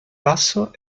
basso